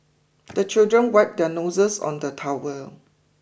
the children wipe their noses on the towel